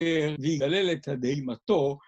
‫ויגלל את תדהמתו.